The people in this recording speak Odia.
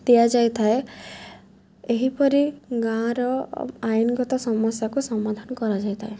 ଦିଆଯାଇଥାଏ ଏହିପରି ଗାଁର ଆଇନଗତ ସମସ୍ୟାକୁ ସମାଧାନ କରାଯାଇଥାଏ